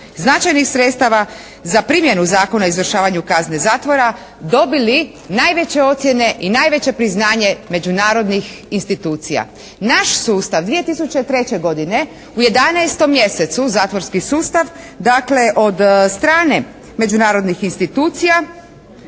značajnih sredstava za primjenu Zakona o izvršavanju kazne zatvora dobili najveće ocjene i najveće priznanje međunarodnih institucija. Naš sustav 2003. godine u 11. mjesecu zatvorski sustav, dakle od strane međunarodnih institucija